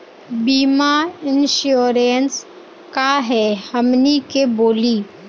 बीमा इंश्योरेंस का है हमनी के बोली?